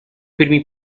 primi